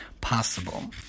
possible